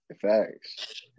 Facts